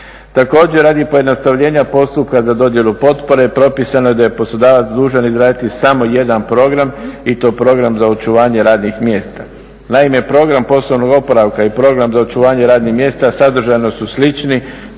Također radi pojednostavljenja postupka za dodjelu potpore propisano je da je poslodavac dužan izraditi samo jedan program i to program za očuvanje radnih mjesta. Naime, program poslovnog oporavka i program za očuvanje radnih mjesta sadržajno su slični